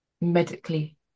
medically